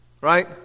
right